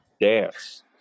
dance